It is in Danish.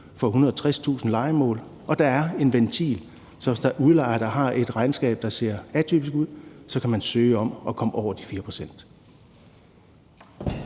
for 160.000 lejemål, og der er en ventil, så hvis der er udlejere, der har et regnskab, der ser atypisk ud, så kan de søge om at komme over de 4